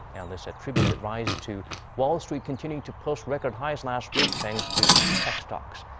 analysts attribute the rise to wall street continuing to post record highs last week thanks to tech stocks.